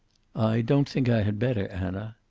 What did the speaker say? i don't think i had better, anna.